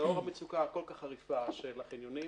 לאור המצוקה הכל כך חריפה של החניונים,